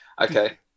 Okay